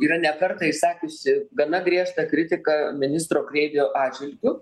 yra ne kartą išsakiusi gana griežtą kritiką ministro kreivio atžvilgiu